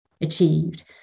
achieved